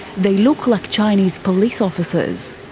they look like chinese police officers.